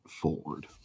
forward